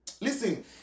Listen